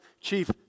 chief